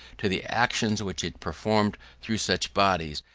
to the actions which it performed through such bodies,